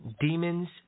demons